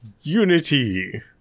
Unity